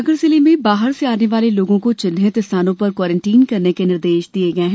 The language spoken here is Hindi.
सागर जिले में बाहर से आने वाले लोगों को चिन्हित स्थानों पर क्वारंटाइन करने के निर्देश दिये है